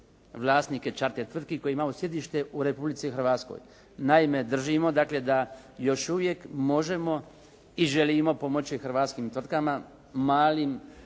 vlasnike čarter tvrtki koji imaju sjedište u Republici Hrvatskoj. Naime, držimo dakle da još uvijek možemo i želimo pomoći hrvatskim tvrtkama, malim